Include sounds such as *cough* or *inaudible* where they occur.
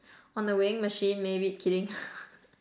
on the weighing machine maybe kidding *laughs*